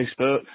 Facebook